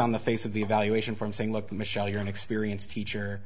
on the face of the evaluation from saying look michel you're an experienced teacher